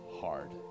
hard